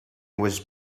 was